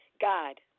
God